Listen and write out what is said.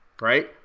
right